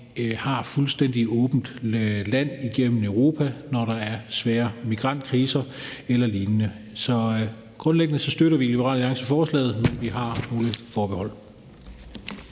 har fuldstændig åbent land igennem Europa, når der er svære migrantkriser eller lignende. Så grundlæggende støtter vi i Liberal Alliance forslaget, men vi har nogle forbehold.